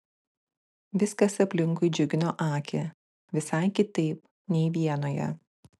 viskas aplinkui džiugino akį visai kitaip nei vienoje